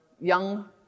young